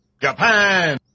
Japan